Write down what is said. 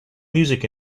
music